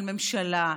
של ממשלה,